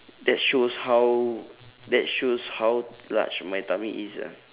that shows how that shows how large my tummy is ah